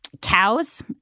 Cows